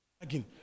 Again